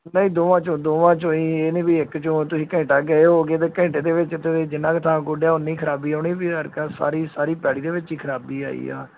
ਨਹੀਂ ਦੋਵਾਂ 'ਚੋਂ ਦੋਵਾਂ 'ਚੋਂ ਹੀ ਇਹਨੇ ਵੀ ਇੱਕ 'ਚੋਂ ਤੁਸੀਂ ਘੰਟਾ ਗਏ ਹੋਓਂਗੇ ਅਤੇ ਘੰਟੇ ਦੇ ਵਿੱਚ ਤਾਂ ਜਿੰਨਾ ਕੁ ਥਾਂ ਗੁੱਡਿਆ ਉਨੀ ਖ਼ਰਾਬੀ ਆਉਣੀ ਵੀ ਤਾਂ ਕਰਕੇ ਸਾਰੀ ਸਾਰੀ ਪੈਲੀ ਦੇ ਵਿੱਚ ਹੀ ਖ਼ਰਾਬੀ ਆਈ ਆ